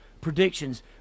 predictions